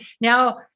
now